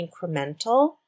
incremental